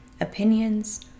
opinions